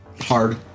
hard